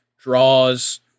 draws